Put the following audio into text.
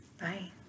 Bye